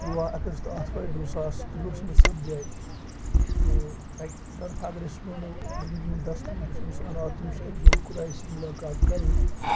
تُرٛواہ اَگست اَتھوارِ دُستاس تٕرٛوہَس منٛز ہَپداے تہٕ اَکہِ طرفہٕ اَگر أسۍ وَنو زِندگی ہُنٛد دستوٗ یُس اِنسان آو تٔمِس چھُ اَکہِ دۄہ خۄدایَس سۭتۍ مُلاقات کَرٕنۍ